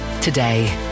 today